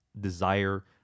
desire